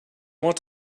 want